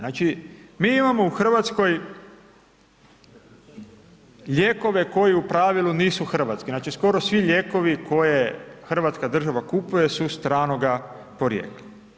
Znači, mi imamo u RH lijekove koji u pravilu nisu hrvatski, znači, skoro svi lijekovi koje hrvatska država kupuje su stranoga porijekla.